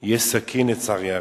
יש סכין, לצערי הרב.